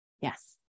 Yes